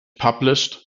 published